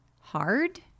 Hard